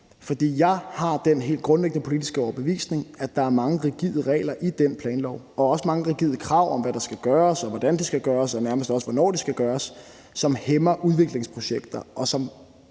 For jeg er af den helt grundlæggende politiske overbevisning, at der er mange rigide regler i den planlov og også mange rigide krav om, hvad der skal gøres, og hvordan det skal gøres, og nærmest også om, hvornår det skal gøres, som hæmmer udviklingsprojekter, og som